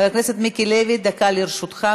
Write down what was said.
חבר הכנסת מיקי לוי, דקה לרשותך.